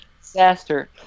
disaster